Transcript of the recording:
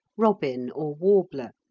robin or warbler?